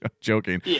Joking